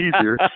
easier